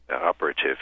operative